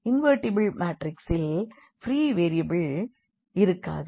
invertible மாற்றிக்ஸில் free வேரியபிள்கள் இருக்காது